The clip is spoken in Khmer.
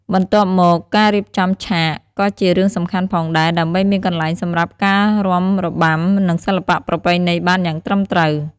បន្ទាប់មកការៀបចំឆាតក៏ជារឿងសំខាន់ផងដែរ ដើម្បីមានកន្លែងសម្រាប់ការរាំរបាំ និងសិល្បៈប្រពៃណីបានយ៉ាងត្រឹមត្រូវ។